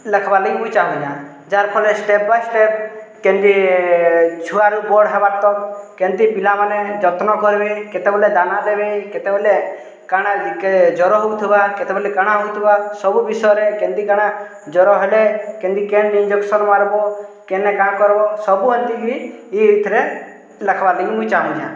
ଲେଖ୍ବା ଲାଗି ମୁଇଁ ଚାହେଁନା ଯାହାର୍ ଫଲରେ ଷ୍ଟେପ୍ ବାଇ ଷ୍ଟେପ୍ କେମ୍ତି ଛୁଆ ରୁ ବଡ଼୍ ହେବା କେନ୍ତି ପିଲାମାନେ ଯତ୍ନ କର୍ବେ କେତେବେଲେ ଦାନା ଦେବେ କେତେବେଲେ କାଣା ଟିକେ ଜ୍ଵର ହଉ ଥିବା କେତେବେଲେ କାଣା ହଉଥିବା ସବୁ ବିଷୟରେ କେନ୍ତି କାଣା ଜ୍ଵର ହେଲେ କେନ୍ତି କେନ୍ ଇନଜେକ୍ସନ୍ ମାର୍ବ କେନେ କାଣା କର୍ବ ସବୁ ଏମିତିକିରି ଇଥିରେ ଲେଖ୍ବା ଲାଗି ମୁଇଁ ଚାହୁଁଛେଁ